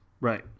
Right